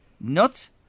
nuts